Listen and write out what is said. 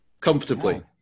comfortably